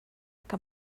que